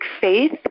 faith